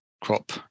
crop